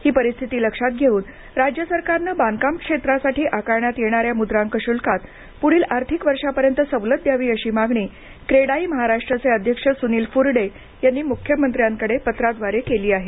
ही परिस्थिती लक्षात घेऊन राज्य सरकारने बांधकाम क्षेत्रासाठी आकारण्यात येणाऱ्या मुद्रांक शुल्कात पुढील आर्थिक वर्षापर्यंत सवलत द्यावी अशी मागणी क्रेडाई महाराष्ट्रचे अध्यक्ष सुनील फुरडे यांनी मुख्यमंत्र्यांकडे पत्राद्वारे केली आहे